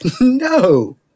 no